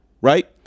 right